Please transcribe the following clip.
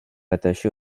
attachée